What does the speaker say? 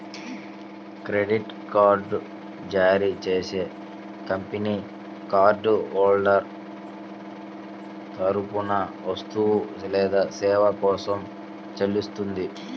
credit card జారీ చేసే company card holder తరపున వస్తువు లేదా సేవ కోసం చెల్లిస్తుంది